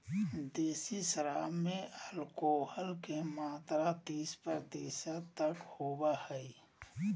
देसी शराब में एल्कोहल के मात्रा तीस प्रतिशत तक होबो हइ